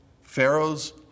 Pharaoh's